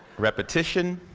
repetition,